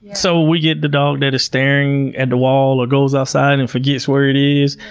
so, we get the dog that is staring at the wall, or goes outside and forgets where it is.